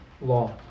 law